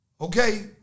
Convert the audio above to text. okay